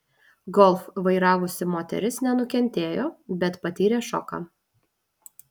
golf vairavusi moteris nenukentėjo bet patyrė šoką